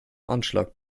anschlag